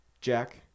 jack